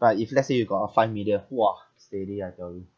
but if let's say you got a five million !wah! steady I tell you